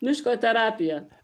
miško terapija